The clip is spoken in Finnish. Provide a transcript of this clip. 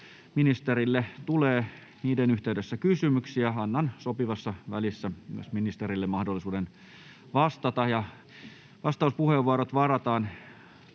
ministerille tulee niiden yhteydessä kysymyksiä, annan sopivassa välissä myös ministerille mahdollisuuden vastata. Vastauspuheenvuorot varataan